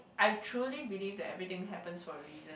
I truly believe that everything happens for a reason